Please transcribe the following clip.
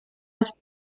als